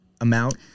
amount